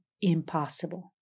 impossible